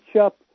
up